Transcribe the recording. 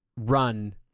run